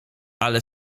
ale